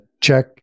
check